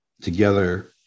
together